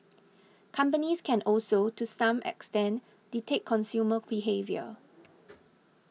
companies can also to some extent dictate consumer behaviour